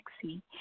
sexy